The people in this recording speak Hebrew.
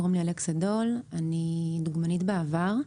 אני דוגמנית בעבר,